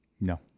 No